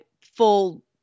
full